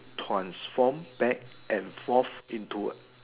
transform back and forth into